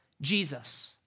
Jesus